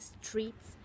streets